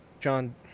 John